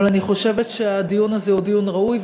אבל אני חושבת שהדיון הזה הוא דיון ראוי,